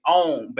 own